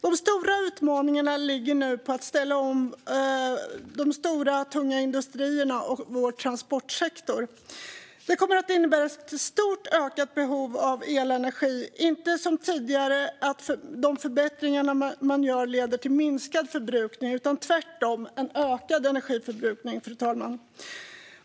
De stora utmaningarna ligger nu i att ställa om de stora tunga industrierna och transportsektorn. Det kommer att innebära ett stort ökat behov av elenergi, inte som tidigare att de förbättringar som görs leder till minskad förbrukning utan tvärtom en ökad energiförbrukning.